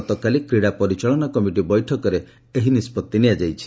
ଗତକାଲି କ୍ରୀଡ଼ା ପରିଚାଳନା କମିଟି ବୈଠକରେ ଏହି ନିଷ୍ପଭି ନିଆଯାଇଛି